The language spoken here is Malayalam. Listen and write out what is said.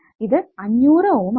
ഇത് 500Ω ആണ്